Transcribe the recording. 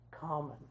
common